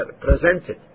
presented